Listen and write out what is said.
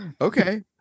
okay